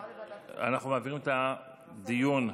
אנחנו מעבירים את ההצעה לסדר-היום,